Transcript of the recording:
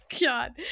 God